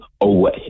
away